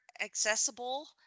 accessible